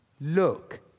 look